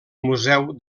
museu